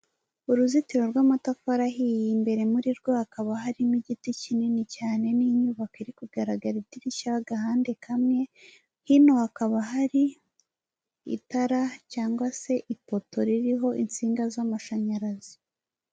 Uruzitiro rw'amatafari ahiye, imbere muri rwo hakaba harimo igiti kinini cyane n'inyubako iri kugaragara idirishya agahande kamwe, hino hakaba hari itara cyangwa se ipoto ririho insinga z'amashanyarazi.